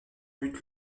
buts